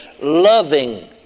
loving